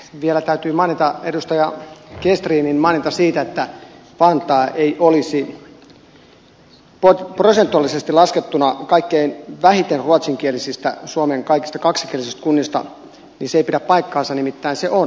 vielä täytyy mainita edustaja gestrinin maininta siitä että vantaa ei olisi prosentuaalisesti laskettuna kaikkein vähiten ruotsinkielisin suomen kaikista kaksikielisistä kunnista se ei pidä paikkaansa nimittäin se on